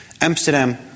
Amsterdam